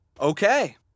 Okay